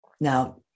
Now